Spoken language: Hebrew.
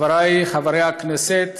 חבריי חברי הכנסת,